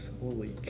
Holy